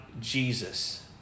Jesus